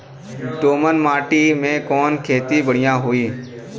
दोमट माटी में कवन खेती बढ़िया रही?